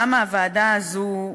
למה הוועדה הזאת,